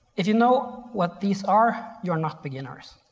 if you know what these are, you're not beginners.